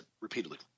repeatedly